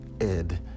ed